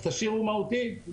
אז תשאירו מהותית.